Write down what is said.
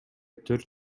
төрт